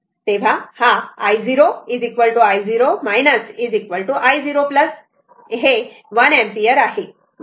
तर हा i0 i0 i0 जो 1 एम्पिअर आहे बरोबर